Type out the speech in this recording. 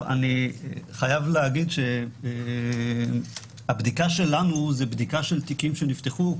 אני חייב להגיד שהבדיקה שלנו היא בדיקה של תיקים שנפתחו.